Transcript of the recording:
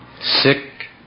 Sick